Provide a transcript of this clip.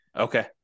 Okay